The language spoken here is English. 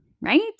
right